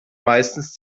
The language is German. meistens